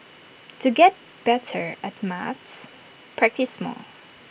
to get better at maths practise more